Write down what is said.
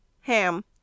Ham